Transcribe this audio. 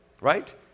Right